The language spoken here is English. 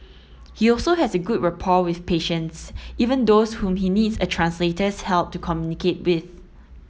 he also has a good rapport with patients even those whom he needs a translator's help to communicate with